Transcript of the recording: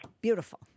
Beautiful